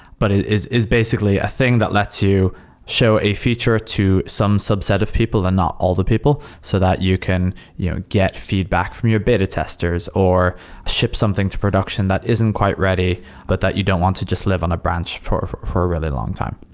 but is is basically a thing that lets you show a feature to some subset of people and not all the people so that you can you get feedback from your beta testers or ship something to production that isn't quite ready but that you don't want to just live on a branch for for a really long time.